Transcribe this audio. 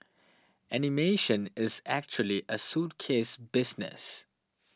animation is actually a suitcase business